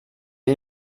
ell